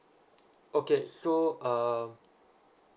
okay so um